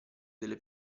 delle